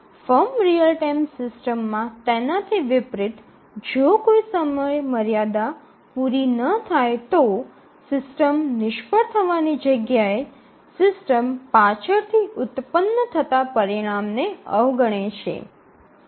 firm real time સિસ્ટમમાં તેનાથી વિપરીત જો કોઈ સમયમર્યાદા પૂરી ન થાય તો સિસ્ટમ નિષ્ફળ થવાની જગ્યાએ સિસ્ટમ પાછળ થી ઉત્પન્ન થતા પરિણામને અવગણે છે